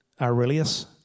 Aurelius